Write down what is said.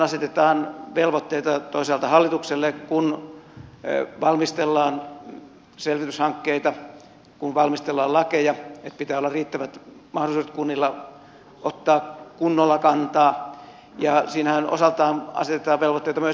siinähän asetetaan velvoitteita toisaalta hallitukselle kun valmistellaan selvityshankkeita kun valmistellaan lakeja pitää olla riittävät mahdollisuudet kunnilla ottaa kunnolla kantaa ja siinähän osaltaan asetetaan velvoitteita myös eduskunnalle